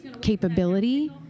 capability